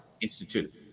Institute